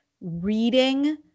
reading